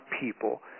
people